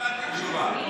קיבלתי תשובה.